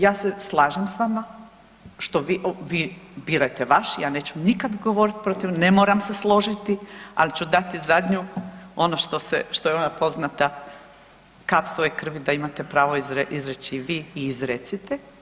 Ja se slažem sa vama vi birate vaš, ja neću nikad govoriti protiv, ne moram se složiti ali ću dati zadnju ono što je ona poznata kap svoje krvi da imate pravo izreći i vi i izrecite.